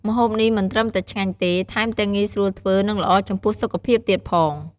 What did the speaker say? ម្ហូបនេះមិនត្រឹមតែឆ្ងាញ់ទេ ថែមទាំងងាយស្រួលធ្វើ និងល្អចំពោះសុខភាពទៀតផង។